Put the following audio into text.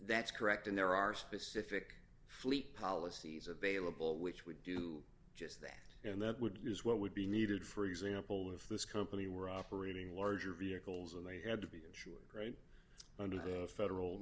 that's correct and there are specific fleet policies available which would do that and that would use what would be needed for example if this company were operating larger vehicles and they had to be insured grain under the federal